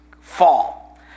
fall